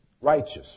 righteous